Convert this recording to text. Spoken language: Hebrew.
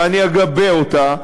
ואני אגבה אותה,